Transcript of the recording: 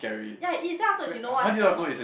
ya it is then afterwards you know what happen